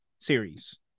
series